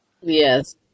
Yes